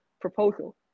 proposal